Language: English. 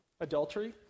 adultery